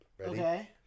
Okay